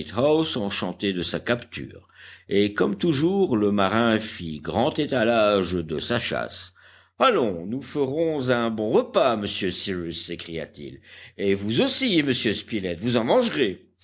granite house enchanté de sa capture et comme toujours le marin fit grand étalage de sa chasse allons nous ferons un bon repas monsieur cyrus s'écria-t-il et vous aussi monsieur spilett vous en mangerez